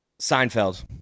Seinfeld